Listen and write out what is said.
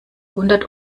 hundert